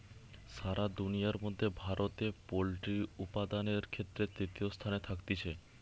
সারা দুনিয়ার মধ্যে ভারতে পোল্ট্রি উপাদানের ক্ষেত্রে তৃতীয় স্থানে থাকতিছে